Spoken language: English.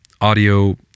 audio